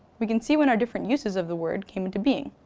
we can see when our different uses of the word came into being.